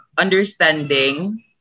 understanding